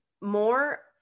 more